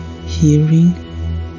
hearing